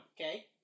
Okay